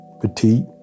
petite